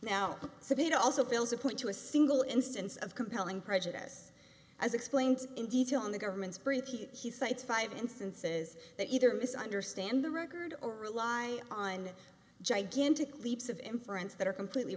now so it also feels a point to a single instance of compelling prejudice as explained in detail in the government's brief he cites five instances that either misunderstand the record or rely on gigantic leaps of inference that are completely